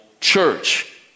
church